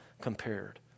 compared